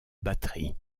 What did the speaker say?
batterie